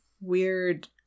weird